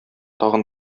тагын